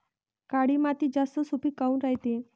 काळी माती जास्त सुपीक काऊन रायते?